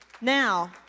Now